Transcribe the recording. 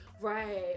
Right